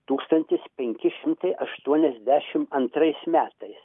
tūkstantis penki šimtai aštuoniasdešim antrais metais